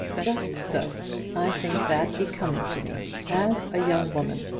just so i think that becoming to me as a young woman.